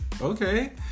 okay